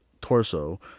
torso